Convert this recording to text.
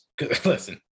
listen